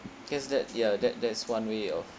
guess that ya that that's one way of